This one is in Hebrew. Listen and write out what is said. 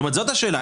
זאת השאלה.